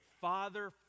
Father